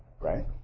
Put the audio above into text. Right